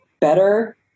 better